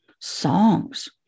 songs